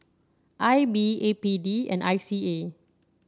I B A P D and I C A